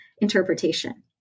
interpretation